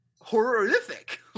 horrific